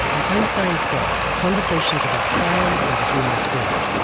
and einstein's god conversations about science and the human spirit.